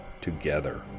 together